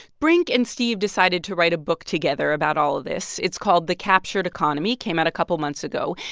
brink and steve decided to write a book together about all of this. it's called the captured economy. it came out a couple months ago.